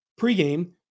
pregame